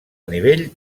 nivell